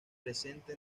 presente